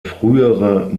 frühere